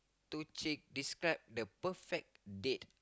to cheek describe the perfect date